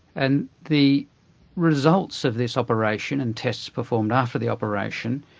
and the results of this operation and tests performed after the operation,